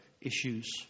issues